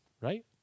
right